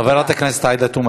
חברת הכנסת עאידה תומא